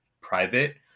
private